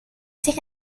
take